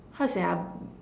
how to say ah